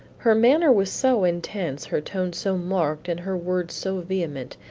her manner was so intense, her tone so marked and her words so vehement,